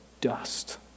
dust